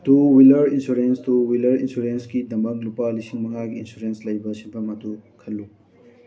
two wheeler insurance two wheeler insurance ꯀꯤꯗꯃꯛ ꯂꯨꯄꯥ ꯂꯤꯁꯤꯡ ꯃꯉꯥꯒꯤ ꯏꯟꯁꯨꯔꯦꯟꯁ ꯂꯩꯕ ꯁꯦꯝꯐꯝ ꯑꯗꯨ ꯈꯜꯂꯨ